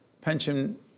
pension